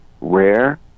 rare